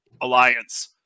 alliance